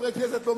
חברי כנסת,